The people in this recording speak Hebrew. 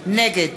נגד